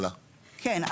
חלק כן.